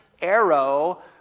arrow